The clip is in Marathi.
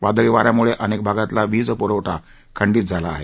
वादळी वाऱ्यामुळे अनेक भागातला विज पूरवठा खंडित झाला आहे